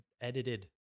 edited